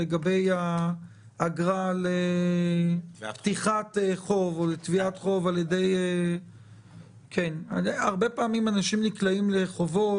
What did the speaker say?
לגבי האגרה לפתיחת חוב או לתביעת חוב הרבה פעמים אנשים נקלעים לחובות,